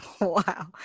wow